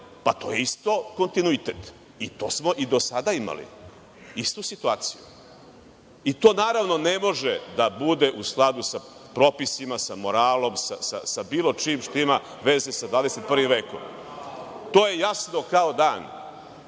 pa to je isto kontinuitet, i to smo i do sada imali, istu situaciju. To, naravno, ne može da bude u skladu sa propisima, sa moralom, sa bilo čim što ima veze sa 21. vekom. To je jasno kao dan.